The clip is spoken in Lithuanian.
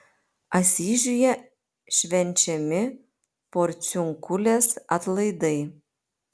asyžiuje švenčiami porciunkulės atlaidai